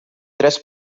tres